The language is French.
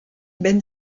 ben